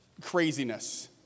craziness